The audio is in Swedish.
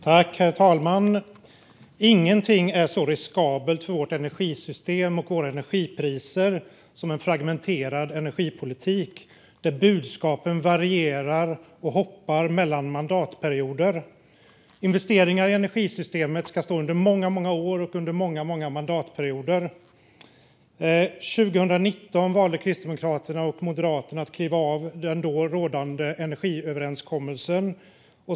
Herr talman! Ingenting är så riskabelt för vårt energisystem och våra energipriser som en fragmenterad energipolitik där budskapen varierar och hoppar mellan mandatperioder. De investeringar som görs går in i ett energisystem som ska stå i många år och under många mandatperioder. År 2019 valde Kristdemokraterna och Moderaterna att kliva av den då rådande energiöverenskommelsen.